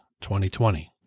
2020